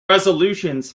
resolutions